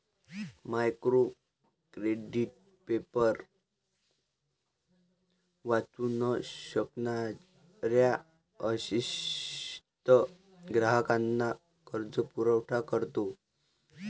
micro credit paper वाचू न शकणाऱ्या अशिक्षित ग्राहकांना कर्जपुरवठा करते